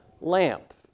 lamp